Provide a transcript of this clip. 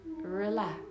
relax